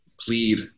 plead